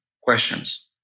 questions